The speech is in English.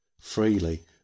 freely